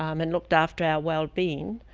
um and looked after our well-being,